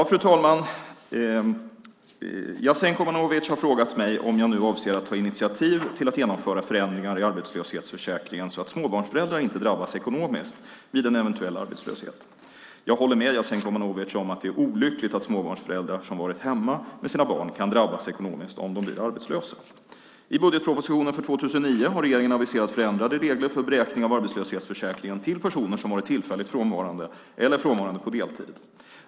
Fru talman! Jasenko Omanovic har frågat mig om jag nu avser att ta initiativ till att genomföra förändringar i arbetslöshetsförsäkringen så att småbarnsföräldrar inte drabbas ekonomiskt vid en eventuell arbetslöshet. Jag håller med Jasenko Omanovic om att det är olyckligt att småbarnsföräldrar som varit hemma med sina barn kan drabbas ekonomiskt om de blir arbetslösa. I budgetpropositionen för 2009 har regeringen aviserat förändrade regler för beräkning av arbetslöshetsersättningen till personer som varit tillfälligt frånvarande eller frånvarande på deltid.